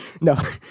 No